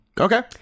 Okay